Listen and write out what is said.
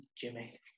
Jimmy